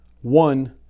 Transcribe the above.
One